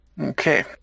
Okay